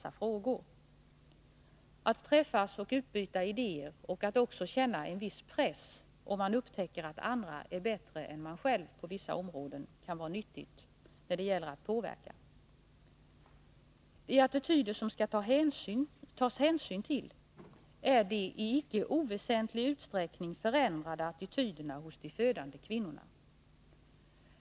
Att träffas och utbyta idéer och att också känna en viss press, om man upptäcker att andra är bättre än man själv på en del områden, kan vara nyttigt när det gäller att påverka. De attityder som man skall ta hänsyn till är de i icke oväsentlig utsträckning förändrade attityderna hos de födande kvinnorna.